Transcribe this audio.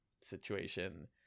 situation